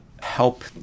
help